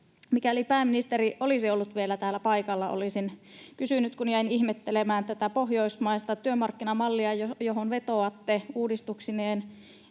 Mikäli pääministeri olisi ollut vielä täällä paikalla, olisin kysynyt, kun jäin ihmettelemään tätä pohjoismaista työmarkkinamallia, johon vetoatte, uudistuksineen.